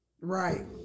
Right